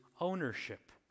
ownership